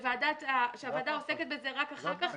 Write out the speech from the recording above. שהוועדה עוסקת בזה רק אחר כך.